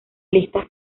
listas